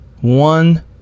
one